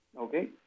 Okay